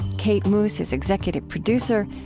kate moos is executive producer.